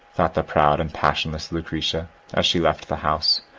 thought the proud and passionless lucretia as she left the house,